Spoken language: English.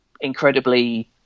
incredibly